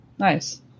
Nice